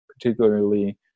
particularly